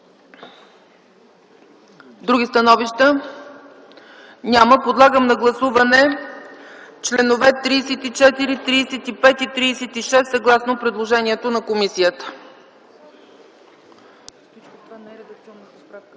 Други становища? Няма. Подлагам на гласуване членове 34, 35 и 36 съгласно предложението на комисията.